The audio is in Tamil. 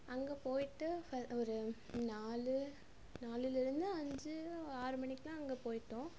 அங்கே போயிட்டு ப ஒரு நாலு நாலுலிருந்து அஞ்சு ஆறு மணிக்கெலாம் அங்கே போயிட்டோம்